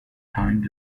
hind